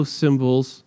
symbols